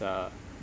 uh